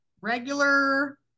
regular